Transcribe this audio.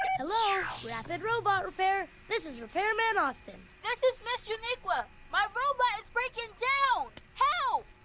hello. rapid robot repair. this is repairman austin! this is miss uniqua. my robot is breaking down! help!